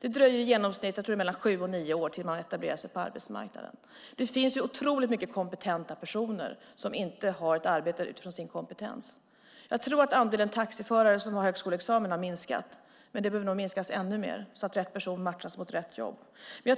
Det dröjer i genomsnitt 7-9 år tills man har etablerat sig på arbetsmarknaden. Det finns otroligt många kompetenta personer som inte arbetar utifrån sin kompetens. Jag tror att andelen taxiförare som har högskoleexamen har minskat, men den behöver nog minskas ännu mer så att rätt person matchas mot rätt jobb. Jag